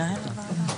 (היו"ר משה סעדה, 10:57)